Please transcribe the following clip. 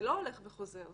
זה לא הולך וחוזר.